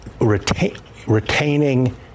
retaining